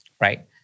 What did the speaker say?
right